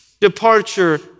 departure